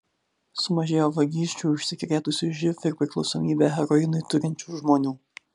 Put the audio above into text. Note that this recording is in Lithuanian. sumažėjo vagysčių užsikrėtusių živ ir priklausomybę heroinui turinčių žmonių